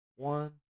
One